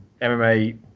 mma